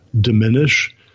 diminish